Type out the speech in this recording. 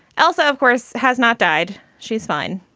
elsa, of course, has not died. she's fine